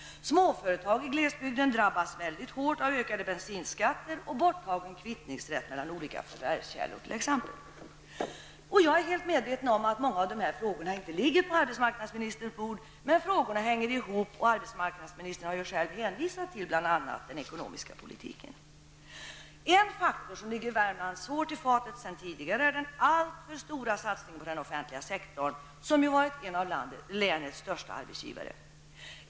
Småföretag i glesbygden har drabbats mycket hårt av ökade bensinskatter och borttagning av kvittningsrätt av olika förvärvskällor t.ex. Jag är helt medveten om att många av dessa frågor inte ligger på arbetsmarknadsministerns bord, men frågorna hänger ihop, och arbetsmarknadsministern har ju själv hänvisat till bl.a. den ekonomiska politiken. En faktor som ligger Värmland svårt i fatet sedan tidigare är den alltför stora satsningen på den offentliga sektorn, som varit en av länets största arbetsgivare.